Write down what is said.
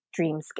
dreamscape